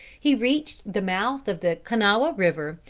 he reached the mouth of the kanawha river,